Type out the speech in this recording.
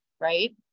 right